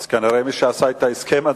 אז כנראה מי שעשה את ההסכם,